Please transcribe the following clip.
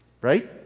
right